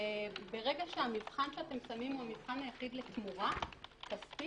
ברגע שהמבחן שאתם שמים הוא המבחן היחיד לתמורה כספית,